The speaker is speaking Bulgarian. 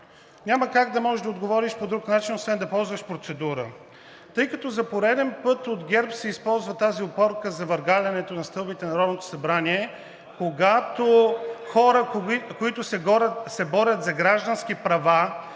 няма как да отговориш по друг начин, освен да ползваш процедура. Тъй като за пореден път от ГЕРБ се използва тази опорка за „въргалянето на стълбите на Народното събрание“, когато хора, които се борят за граждански права,